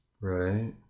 Right